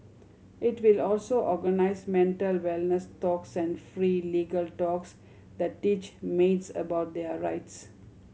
it will also organise mental wellness talks and free legal talks that teach maids about their rights